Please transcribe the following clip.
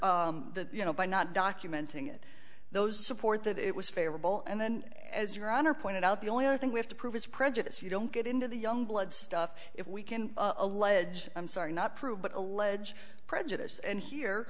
are the you know by not documenting it those support that it was favorable and then as your honor pointed out the only thing we have to prove is prejudice you don't get into the young blood stuff if we can allege i'm sorry not true but allege prejudice and here